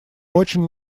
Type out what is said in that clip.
очень